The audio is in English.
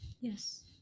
Yes